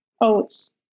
oats